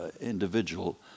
individual